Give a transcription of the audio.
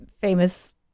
famous